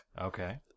Okay